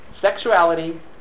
sexuality